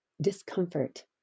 discomfort